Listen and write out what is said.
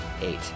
eight